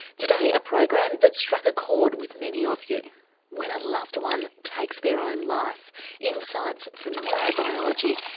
today a program that struck a chord with many of you when a loved one takes their own life insights from neurobiology,